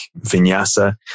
vinyasa